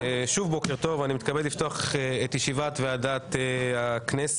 אני מתכבד לפתוח את ישיבת ועדת הכנסת.